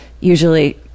usually